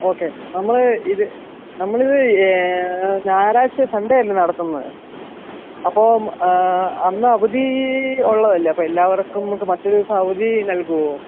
okay നമ്മൾ ഇത് നമ്മളിത് ഞായറാഴ്ച്ച സണ്ടേ അല്ലേ നടത്തുന്നത് അപ്പോൾ അന്നവധീ ഉള്ളതല്ലേ അപ്പം എല്ലാവർക്കും നമുക്ക് മറ്റൊരു ദിവസം അവധീ നൽകുമോ